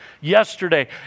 yesterday